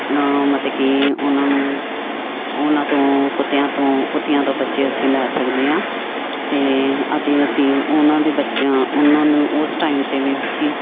ਮਤਲਬ ਕਿ ਉਹਨਾਂ ਨੂੰ ਉਹਨਾਂ ਤੋਂ ਕੁੱਤਿਆਂ ਤੋਂ ਕੁੱਤਿਆਂ ਤੋਂ ਬੱਚੇ ਅਸੀਂ ਲੈ ਸਕਦੇ ਹਾਂ ਅਤੇ ਅਤੇ ਅਸੀਂ ਉਹਨਾਂ ਦੇ ਬੱਚਿਆਂ ਉਹਨਾਂ ਨੂੰ ਉਸ ਟਾਈਮ 'ਤੇ ਵੀ ਅਸੀਂ